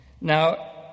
Now